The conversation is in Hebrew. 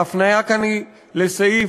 ההפניה כאן היא לסעיף